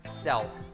self